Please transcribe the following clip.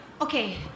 Okay